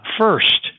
first